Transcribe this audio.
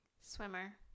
Swimmer